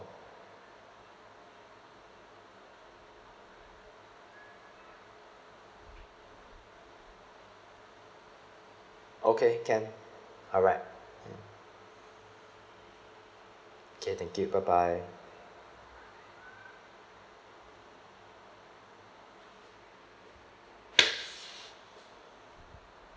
okay can alright mm okay thank you bye bye